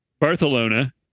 Barcelona